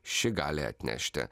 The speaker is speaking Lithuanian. ši gali atnešti